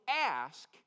ask